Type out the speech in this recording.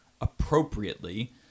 appropriately